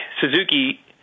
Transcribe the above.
Suzuki